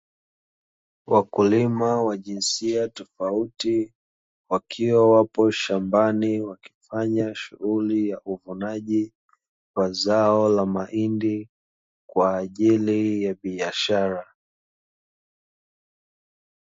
Wakulima wa jinsia tofauti wakiwa wapo shambani, wakifanya shughuli ya uvunaji wa zao la mahindi kwa ajili ya biashara.